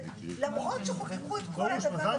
אני רוצה לדעת למה שינית כיוון והחלטת לחזור בתשובה?